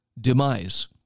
demise